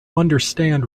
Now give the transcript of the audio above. understand